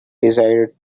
decided